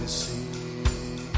see